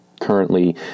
currently